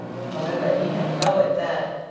however, he had lowered that.